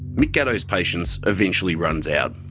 mick gatto's patience eventually runs out.